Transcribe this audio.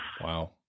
Wow